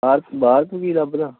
mark ਵੀ ਰੱਬ ਦਾ